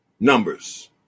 Numbers